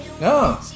No